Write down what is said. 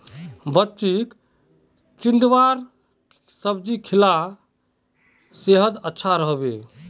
बच्चीक चिचिण्डार सब्जी खिला सेहद अच्छा रह बे